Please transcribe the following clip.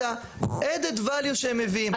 את added Value שהם מביאים.